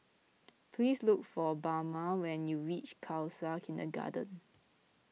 please look for Bama when you reach Khalsa Kindergarten